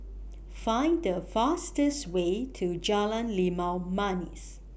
Find The fastest Way to Jalan Limau Manis